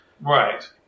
Right